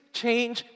change